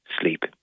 sleep